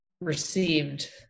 received